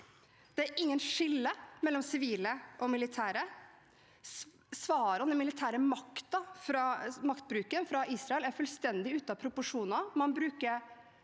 Det er ikke noe skille mellom sivile og militære. Den militære maktbruken fra Israel er fullstendig ute av proporsjoner.